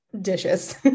dishes